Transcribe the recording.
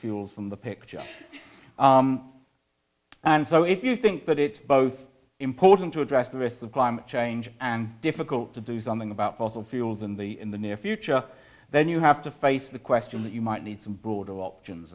fuels from the picture and so if you think that it's both important to address the risk of climate change and difficult to do something about fossil fuels in the in the near future then you have to face the question that you might need some broader options